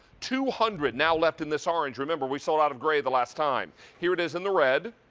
two hundred now left in this orange. remember we sold out of gray the last time. here it is in the red.